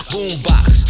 Boombox